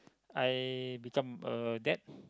I become a dad